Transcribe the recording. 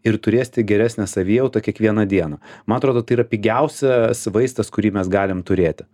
ir turėsite geresnę savijautą kiekvieną dieną man atrodo tai yra pigiausias vaistas kurį mes galim turėti